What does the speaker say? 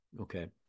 Okay